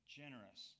generous